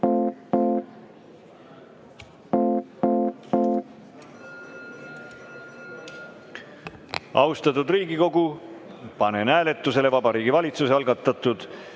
Austatud Riigikogu, panen hääletusele Vabariigi Valitsuse algatatud